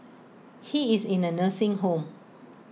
he is in A nursing home